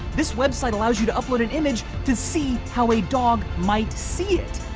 this website allows you to upload an image to see how a dog might see it.